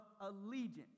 allegiance